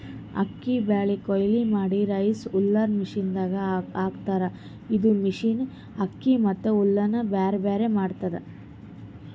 ಅಕ್ಕಿ ಬೆಳಿ ಕೊಯ್ಲಿ ಮಾಡಿ ರೈಸ್ ಹುಲ್ಲರ್ ಮಷಿನದಾಗ್ ಹಾಕ್ತಾರ್ ಇದು ಮಷಿನ್ ಅಕ್ಕಿ ಮತ್ತ್ ಹುಲ್ಲ್ ಬ್ಯಾರ್ಬ್ಯಾರೆ ಮಾಡ್ತದ್